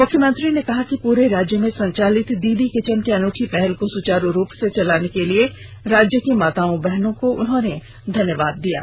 मुख्यमंत्री ने कहा कि पूरे राज्य में संचालित दीदी किचन की अनूठी पहल को सुचारू रूप से चलाने के लिए राज्य की माताओं बहनों का धन्यवाद किया है